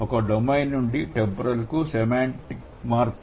ఒక డొమైన్ నుండి టెంపోరల్ కు సెమాంటిక్ మార్పు